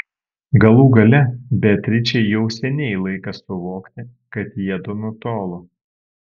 galų gale beatričei jau seniai laikas suvokti kad jiedu nutolo